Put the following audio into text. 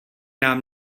nám